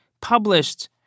published